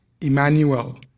Emmanuel